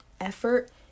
effort